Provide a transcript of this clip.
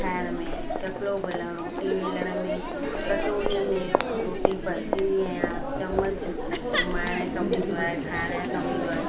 ठाहिण में चकिलो बेलण रोटी वेलण में कटोरियूं में रोटी पचींदी आहियां चमच घुमाइण जे कमु ईंदो आहे खाइण में कमु ईंदो आहे